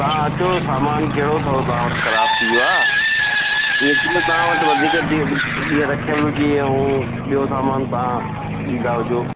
तव्हां अचो सामानु कहिड़ो अथव तव्हां वटि ख़राबु थी वियो आहे इअं त न तव्हां वटि वधीक देर ॾींहं रखियल हुजे ऐं ॿियो सामानु तव्हां ॾींदा हुजो